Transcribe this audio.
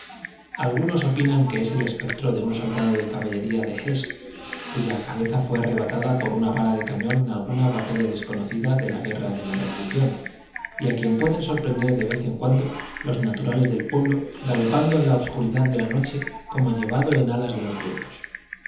algunos opinan que es el espectro de un soldado de caballería de hesse cuya cabeza fué arrebatada por una bala de cañón en alguna batalla desconocida de la guerra de la revolución y a quien pueden sorprender de vez en cuando los naturales del pueblo galopando en la obscuridad de la noche como llevado en alas de los vientos